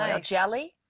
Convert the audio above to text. jelly